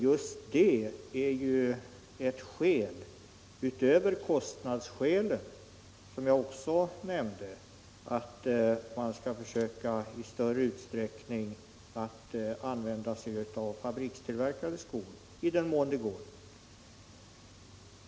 Just detta är ett skäl — utöver kostnadsskälet, som jag också nämnde — att man skall försöka att i större utsträckning använda sig av fabrikstillverkade skor i den mån det går.